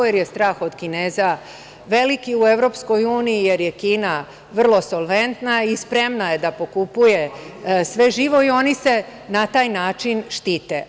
Jer je strah od Kineza u EU, jer je Kina vrlo solventna i spremna je da pokupuje sve živo i oni se na taj način štite.